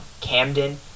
Camden